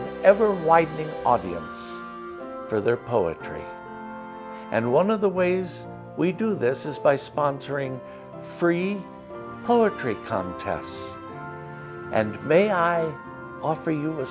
an ever widening audience for their poetry and one of the ways we do this is by sponsoring free trade contests and may i offer you a